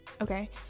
okay